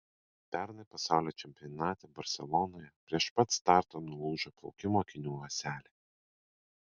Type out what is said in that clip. pernai pasaulio čempionate barselonoje prieš pat startą nulūžo plaukimo akinių ąselė